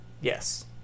yes